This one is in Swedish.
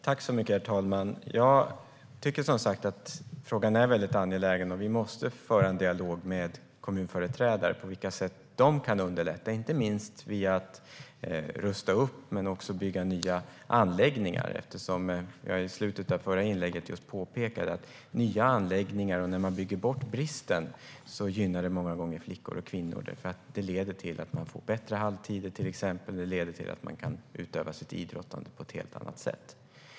Herr talman! Jag tycker som sagt att frågan är angelägen, och vi måste föra en dialog med kommunföreträdare om på vilka sätt de kan underlätta, inte minst genom att rusta upp men också bygga nya anläggningar. I slutet av mitt förra inlägg påpekade jag att nya anläggningar och att bygga bort bristen många gånger gynnar flickor och kvinnor, som får bättre halltider och kan utöva sitt idrottande på ett helt annat sätt.